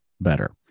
better